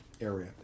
area